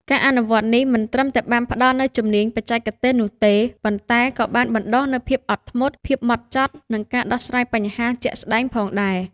ការអនុវត្តន៍នេះមិនត្រឹមតែបានផ្តល់នូវជំនាញបច្ចេកទេសនោះទេ ប៉ុន្តែក៏បានបណ្តុះនូវភាពអត់ធ្មត់ ភាពហ្មត់ចត់ និងការដោះស្រាយបញ្ហាជាក់ស្តែងផងដែរ។